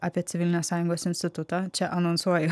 apie civilinės sąjungos institutą čia anonsuoju